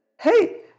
hey